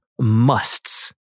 musts